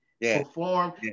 perform